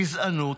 גזענות,